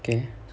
okay